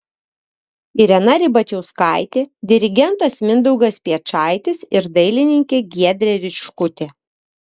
irena ribačiauskaitė dirigentas mindaugas piečaitis ir dailininkė giedrė riškutė